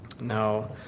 Now